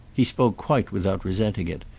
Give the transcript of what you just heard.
he spoke quite without resenting it.